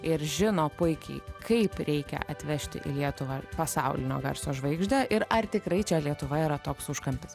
ir žino puikiai kaip reikia atvežti į lietuvą pasaulinio garso žvaigždę ir ar tikrai čia lietuva yra toks užkampis